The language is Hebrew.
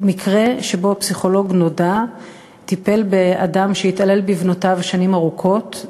מקרה שבו פסיכולוג נודע טיפל באדם שהתעלל בבנותיו שנים ארוכות,